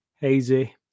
hazy